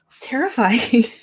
terrifying